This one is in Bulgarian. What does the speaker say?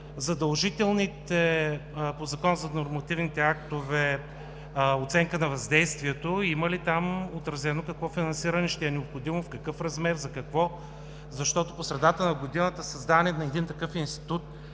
в задължителната по Закона за нормативните актове оценка на въздействието има ли там отразено какво финансиране ще е необходимо, в какъв размер, за какво, защото по средата на годината създаването на такъв институт